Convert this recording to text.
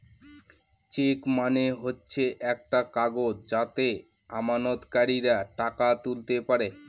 check মানে হচ্ছে একটা কাগজ যাতে আমানতকারীরা টাকা তুলতে পারে